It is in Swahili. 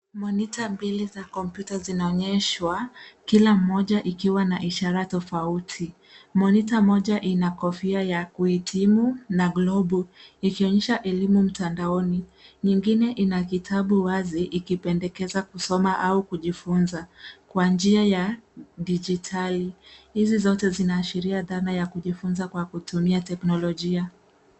Monita mbili za compyuta zinaonyeshwa kila mmoja ikiwa na ishara tofauti. Monita moja ina kofia ya kuhitimu na globu ikionyesha elimu mtandaoni. Nyingine ina kitabu wazi ikipendekeza kusoma au kujifunza kwa njia ya kidijitali. Hizi zote zinaashiria dhana ya kujifunza kwa kutumia teknolojia.